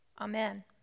Amen